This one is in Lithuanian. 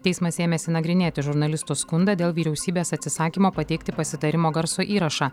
teismas ėmėsi nagrinėti žurnalistų skundą dėl vyriausybės atsisakymo pateikti pasitarimo garso įrašą